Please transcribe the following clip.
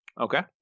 Okay